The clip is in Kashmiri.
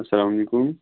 السلام علیکُم